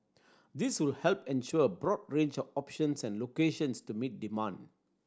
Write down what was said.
this will help ensure a broad range of options and locations to meet demand